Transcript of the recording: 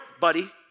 buddy